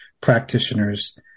practitioners